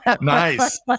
Nice